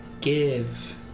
give